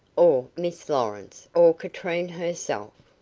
or miss lawrence, or katrine herself.